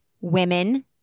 Women